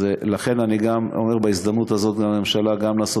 לכן אני אומר בהזדמנות הזאת לממשלה לעשות